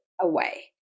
away